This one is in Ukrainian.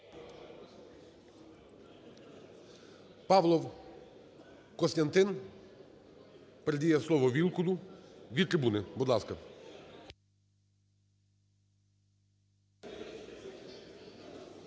Павлов Костянтин, передає словоВілкулу від трибуни. Будь ласка.